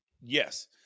Yes